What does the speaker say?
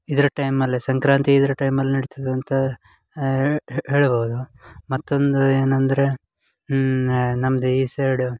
ಇದರ ಟೈಮಲ್ಲಿ ಸಂಕ್ರಾಂತಿ ಇದರ ಟೈಮಲ್ಲಿ ನಡಿತದಂತ ಹೇಳ್ಬೌದು ಮತ್ತೊಂದು ಏನಂದರೆ ನಮ್ದು ಈ ಸೈಡು